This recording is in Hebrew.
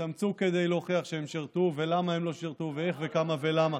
כדי להוכיח שהם שירתו ולמה הם לא שירתו ואיך וכמה ולמה,